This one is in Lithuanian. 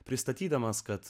pristatydamas kad